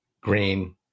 Green